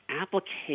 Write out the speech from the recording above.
application